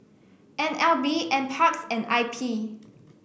N L B NParks and I P